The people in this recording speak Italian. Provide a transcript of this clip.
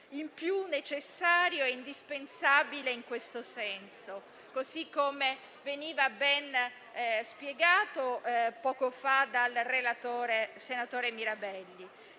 in più necessario e indispensabile in questo senso, come veniva ben spiegato poco fa dal relatore, senatore Mirabelli.